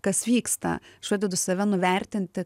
kas vyksta aš pradedu save nuvertinti